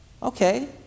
Okay